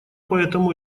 поэтому